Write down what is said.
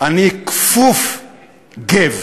אני כפוף גו.